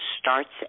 starts